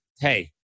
hey